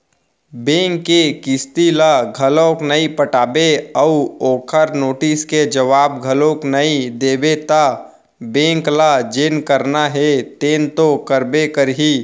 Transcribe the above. bank के किस्ती ल घलोक नइ पटाबे अउ ओखर नोटिस के जवाब घलोक नइ देबे त बेंक ल जेन करना हे तेन तो करबे करही